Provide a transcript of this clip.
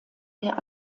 der